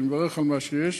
אני מברך על מה שיש,